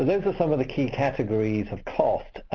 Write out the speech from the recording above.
those are some of the key categories of cost.